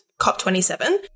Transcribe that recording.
COP27